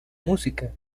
música